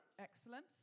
Excellent